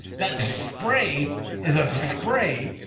that spray is a spray.